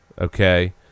Okay